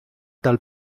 dal